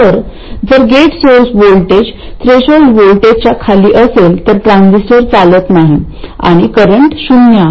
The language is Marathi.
तर जर गेट सोर्स व्होल्टेज थ्रेशोल्ड व्होल्टेजच्या खाली असेल तर ट्रान्झिस्टर चालत नाही आणि करंट शून्य आहे